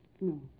No